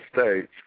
States